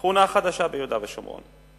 שכונה חדשה ביהודה ושומרון.